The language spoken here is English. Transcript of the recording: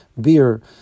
beer